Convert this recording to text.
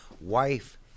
wife